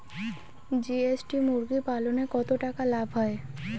GST মুরগি পালনে কতটা লাভ হয়?